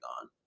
on